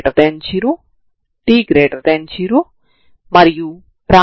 కాబట్టి సాధారణ పరిష్కారం u1u2 అవుతుంది